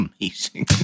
amazing